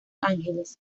ángeles